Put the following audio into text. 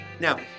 Now